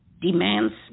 demands